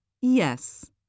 Yes